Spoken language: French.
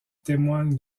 témoignent